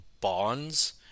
bonds